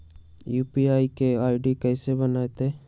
UPI के ID कैसे बनतई?